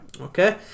Okay